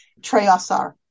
Treyasar